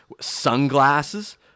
sunglasses